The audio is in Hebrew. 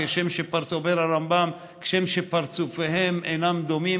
כשם שכבר סבר הרמב"ם: כשם שפרצופיהם אינם דומים,